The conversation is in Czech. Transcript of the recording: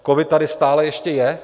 Covid tady stále ještě je.